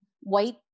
white